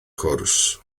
cwrs